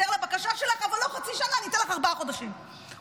הייתי צריכה להיות כולי, כי